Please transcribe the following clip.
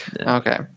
okay